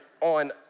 on